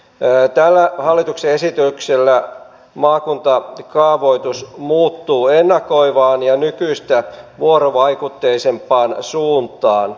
tällä hallituksen esityksellä maakuntakaavoitus muuttuu ennakoivaan ja nykyistä vuorovaikutteisempaan suuntaan